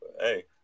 Hey